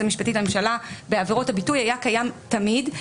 המשפטית לממשלה בעבירות הביטוי היה קיים תמיד.